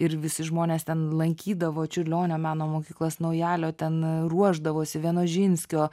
ir visi žmonės ten lankydavo čiurlionio meno mokyklas naujalio ten ruošdavosi vienožinskio